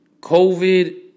COVID